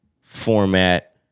format